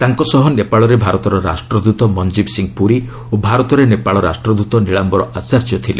ତାଙ୍କ ସହ ନେପାଳରେ ଭାରତର ରାଷ୍ଟ୍ରଦୃତ ମଞ୍ଜିବ୍ ସିଂ ପୁରି ଓ ଭାରତରେ ନେପାଳ ରାଷ୍ଟ୍ରଦୃତ ନୀଳାୟର ଆଚାର୍ଯ୍ୟ ଥିଲେ